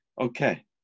Okay